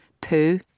poo